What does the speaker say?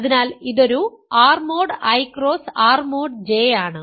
അതിനാൽ ഇതൊരു R mode I cross R mode J ആണ്